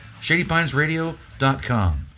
ShadyPinesRadio.com